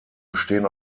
bestehen